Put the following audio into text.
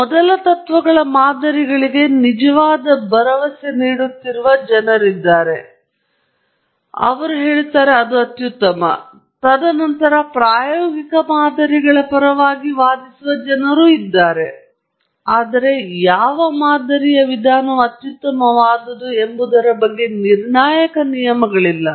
ಮೊದಲ ತತ್ವಗಳ ಮಾದರಿಗಳಿಗೆ ನಿಜವಾಗಿ ಭರವಸೆ ನೀಡುತ್ತಿರುವ ಜನರಿದ್ದಾರೆ ಮತ್ತು ಹೇಳುತ್ತಾರೆ ಅದು ಅತ್ಯುತ್ತಮ ತದನಂತರ ಪ್ರಾಯೋಗಿಕ ಮಾದರಿಗಳ ಪರವಾಗಿ ವಾದಿಸುವ ಜನರು ಇನ್ನೂ ಇದ್ದಾರೆ ಆದರೆ ಯಾವ ಮಾದರಿಯ ವಿಧಾನವು ಅತ್ಯುತ್ತಮವಾದುದು ಎಂಬುದರ ಬಗ್ಗೆ ನಿರ್ಣಾಯಕ ನಿಯಮಗಳಿಲ್ಲ